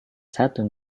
satu